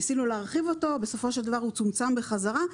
ניסינו להרחיב אותו ובסופו של דבר צומצם בחזרה,